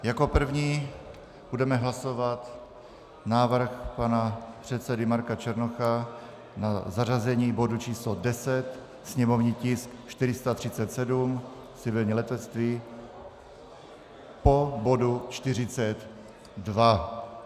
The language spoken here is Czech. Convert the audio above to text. Jako první budeme hlasovat návrh pana předsedy Marka Černocha na zařazení bodu č. 10, sněmovní tisk 437, civilní letectví, po bodu 42.